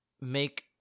make